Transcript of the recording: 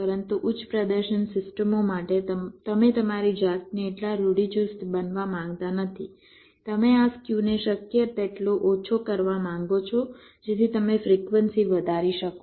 પરંતુ ઉચ્ચ પ્રદર્શન સિસ્ટમો માટે તમે તમારી જાતને એટલા ઋઢિચુસ્ત બનાવા માંગતા નથી તમે આ સ્ક્યુને શક્ય તેટલો ઓછો કરવા માંગો છો જેથી તમે ફ્રિક્વન્સી વધારી શકો